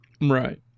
Right